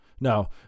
no